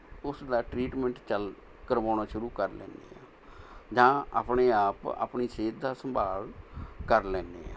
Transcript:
ਉਸਦਾ ਟਰੀਟਮੈਂਟ ਚੱਲ ਕਰਵਾਉਣਾ ਸ਼ੁਰੂ ਕਰ ਲੈਂਦੇ ਹਾਂ ਜਾਂ ਆਪਣੇ ਆਪ ਆਪਣੀ ਸਿਹਤ ਦਾ ਸੰਭਾਲ ਕਰ ਲੈਂਦੇ ਹਾਂ